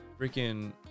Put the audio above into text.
freaking